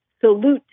salute